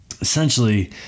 Essentially